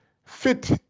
Fit